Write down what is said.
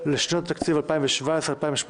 לשנות התקציב 2017 ו-2018),